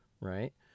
right